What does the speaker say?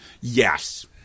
Yes